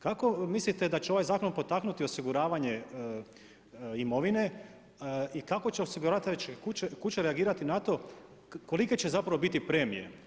Kako mislite da će ovaj zakon potaknuti osiguravanje imovine, i kako će osigurati, kuda će reagirati na to, kolike će zapravo biti premije.